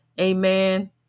amen